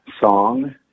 song